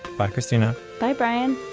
by christina. by bryan